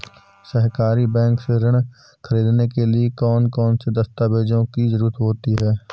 सहकारी बैंक से ऋण ख़रीदने के लिए कौन कौन से दस्तावेजों की ज़रुरत होती है?